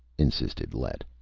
insisted lett.